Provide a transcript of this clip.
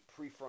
prefrontal